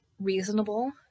reasonable